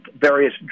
various